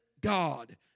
God